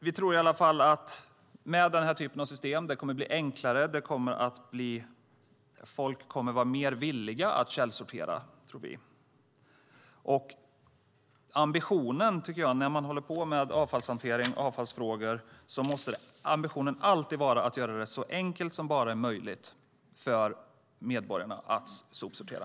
Vi tror att det med denna typ av system kommer att bli enklare och att folk kommer att bli mer villiga att källsortera. När man arbetar med avfallshantering och avfallsfrågor måste ambitionen alltid vara att göra det så enkelt som det bara är möjligt för medborgarna att sopsortera.